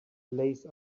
lace